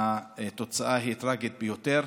התוצאה היא טרגית ביותר.